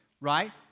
right